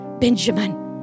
Benjamin